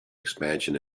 expansion